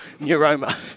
neuroma